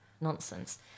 Nonsense